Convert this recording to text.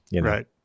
Right